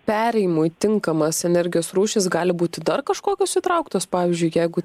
perėjimui tinkamas energijos rūšis gali būti dar kažkokios įtrauktos pavyzdžiui jeigu